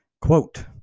Quote